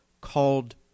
called